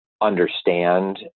understand